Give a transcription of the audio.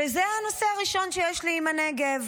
וזה הנושא הראשון שיש לי עם הנגב,